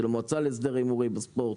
של המועצה להסדר ההימורים בספוט,